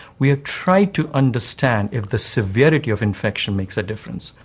we have tried to understand if the severity of infection makes a difference.